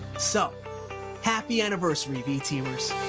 so happy anniversary, v teamers.